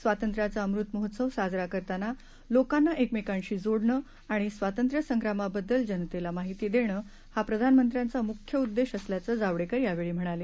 स्वातंत्र्याचा अमृत महोत्सव साजरा करताना लोकांना एकमेकांशी जोडणं आणि स्वतंत्र्य संग्रामाबद्दल जनतेला महिती देणं हा प्रधानमंत्र्यांचा मुख्य उद्देश असल्याचं जावडेकर यावेळी म्हणाले